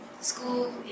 school